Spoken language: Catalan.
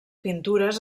pintures